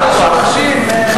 צריך, בליכוד בשורשים, השר בגין.